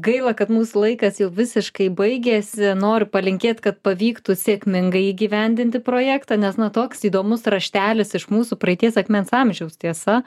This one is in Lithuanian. gaila kad mūsų laikas jau visiškai baigėsi noriu palinkėt kad pavyktų sėkmingai įgyvendinti projektą nes na toks įdomus raštelis iš mūsų praeities akmens amžiaus tiesa